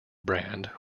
brand